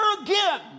again